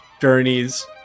journeys